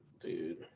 Dude